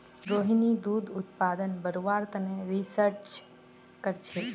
रोहिणी दूध उत्पादन बढ़व्वार तने रिसर्च करछेक